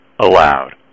allowed